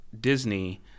Disney